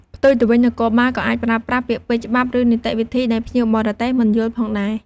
ផ្ទុយទៅវិញ នគរបាលក៏អាចប្រើប្រាស់ពាក្យពេចន៍ច្បាប់ ឬនីតិវិធីដែលភ្ញៀវបរទេសមិនយល់ផងដែរ។